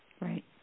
Right